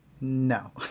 No